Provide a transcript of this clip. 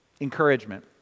encouragement